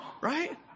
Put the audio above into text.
Right